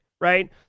right